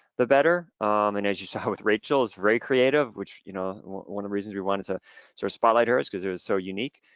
the better and as you saw with rachel is very creative, which, you know one of the reasons we wanted to sort of spotlight here is cause it was so unique.